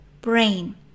brain